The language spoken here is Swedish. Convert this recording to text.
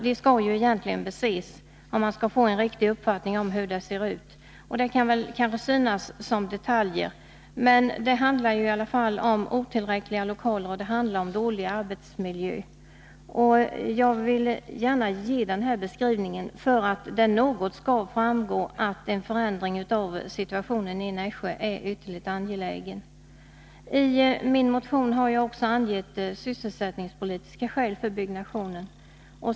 De skall egentligen beses, om man skall kunna få en riktig uppfattning om hur de ser ut. Detta kan synas vara detaljer, men det handlar i alla fall om otillräckliga lokaler och en dålig arbetsmiljö. Jag ville gärna ge denna beskrivning, för att det skall framgå att en förändring av situationen i Nässjö är ytterst angelägen. I min motion har jag också angett sysselsättningspolitiska skäl för byggnation.